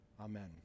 Amen